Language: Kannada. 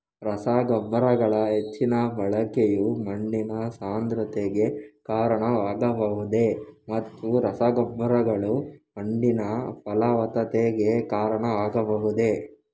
ರಸಗೊಬ್ಬರಗಳ ಹೆಚ್ಚಿನ ಬಳಕೆಯು ಮಣ್ಣಿನ ಸಾಂದ್ರತೆಗೆ ಕಾರಣವಾಗಬಹುದೇ ಮತ್ತು ರಸಗೊಬ್ಬರಗಳು ಮಣ್ಣಿನ ಫಲವತ್ತತೆಗೆ ಕಾರಣವಾಗಬಹುದೇ?